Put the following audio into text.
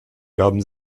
gaben